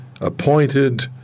appointed